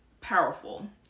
powerful